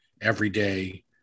everyday